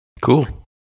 Cool